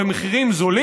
במחירים נמוכים,